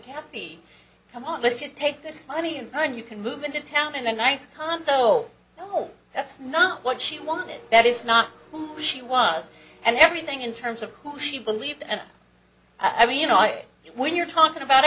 can be come on let's just take this money and then you can move into town and a nice condo home that's not what she wanted that is not who she was and everything in terms of who she believed and i mean you know when you're talking about